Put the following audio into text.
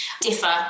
differ